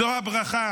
זו הברכה